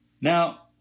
Now